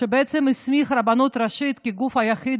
שבעצם הסמיך את הרבנות הראשית לגוף היחיד